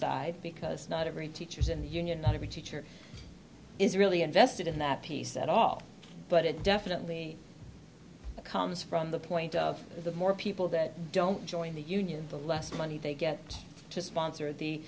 side because not every teachers in the union not every teacher is really invested in that piece at all but it definitely it comes from the point of the more people that don't join the union the less money they get to sponsor the